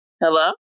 Hello